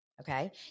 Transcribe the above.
Okay